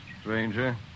stranger